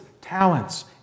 talents